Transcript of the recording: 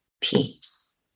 peace